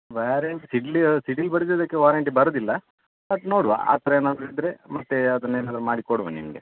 warrant ಸಿಡ್ಲಿಗೆ ಸಿಡಿಲು ಬಡಿದ್ದಿದ್ದಕ್ಕೆ ವಾರಂಟಿ ಬರುವುದಿಲ್ಲ ಮತ್ತೆ ನೋಡುವ ಆ ಥರ ಏನಾದ್ರೂ ಇದ್ದರೆ ಮತ್ತೆ ಅದನ್ನು ಏನಾದ್ರು ಮಾಡಿ ಕೊಡುವ ನಿಮಗೆ